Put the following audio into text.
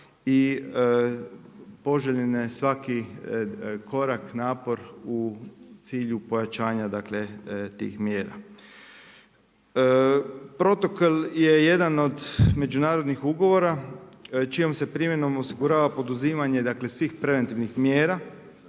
i poželjan je svaki korak, napor u cilju pojačanja tih mjera. Protokol je jedan od međunarodnih ugovora, čijom se primjenom osigurava poduzimanje dakle, svih preventivnih mjera